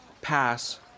pass